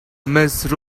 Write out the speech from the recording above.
mrs